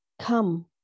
Come